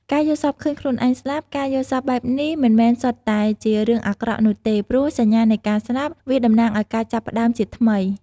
ការយល់សប្តិឃើញខ្លួនឯងស្លាប់ ការយល់សប្តិបែបនេះមិនមែនសុទ្ធតែជារឿងអាក្រក់នោះទេព្រោះសញ្ញានៃការស្លាប់ វាតំណាងឲ្យការចាប់ផ្តើមជាថ្មី។